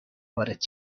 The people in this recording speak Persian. وارد